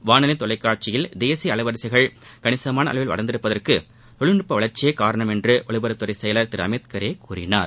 வானொலி தொலைக்காட்சியில் தேசிய அலைவரிசைகள் கணிசமான அளவில் வளர்ந்திருப்பதற்கு தொழில்நுட்ப வளர்ச்சியே காரணம் என்று ஒலிபரப்புத்துறை செயலர் திரு அமித் கரே கூறினார்